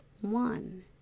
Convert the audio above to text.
one